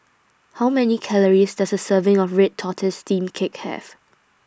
How Many Calories Does A Serving of Red Tortoise Steamed Cake Have